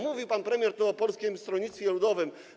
Mówił pan premier tutaj o Polskim Stronnictwie Ludowym.